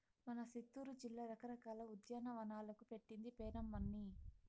మన సిత్తూరు జిల్లా రకరకాల ఉద్యానవనాలకు పెట్టింది పేరమ్మన్నీ